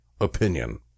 opinion